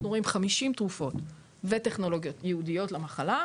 רואים כ-50 תרופות וטכנולוגיות ייעודיות למחלה,